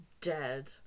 dead